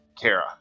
Kara